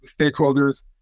stakeholders